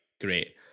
great